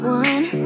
one